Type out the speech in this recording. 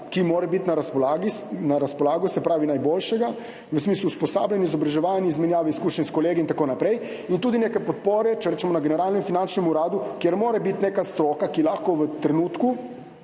ki mora biti na razpolago, se pravi najboljšega v smislu usposabljanja, izobraževanja, izmenjave izkušenj s kolegi in tako naprej in tudi neke podpore na Generalnem finančnem uradu, kjer mora biti neka stroka, ki lahko v trenutku,